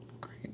Great